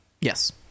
Yes